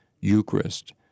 Eucharist